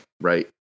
Right